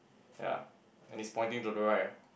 ya and it's pointing to the right ah